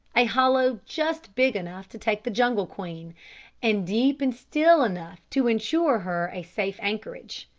a hollow just big enough to take the jungle queen and deep and still enough to ensure her a safe anchorage.